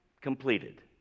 completed